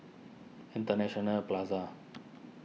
International Plaza